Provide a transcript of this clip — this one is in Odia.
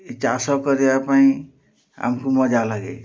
ଚାଷ କରିବା ପାଇଁ ଆମକୁ ମଜା ଲାଗେ